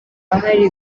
hari